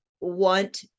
want